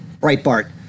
Breitbart